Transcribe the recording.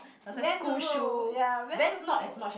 plus like school shoe Vans not as much a